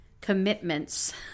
commitments